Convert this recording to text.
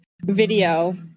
video